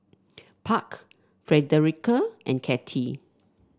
Park Frederica and Kattie